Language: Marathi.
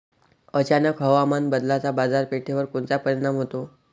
अचानक हवामान बदलाचा बाजारपेठेवर कोनचा परिणाम होतो?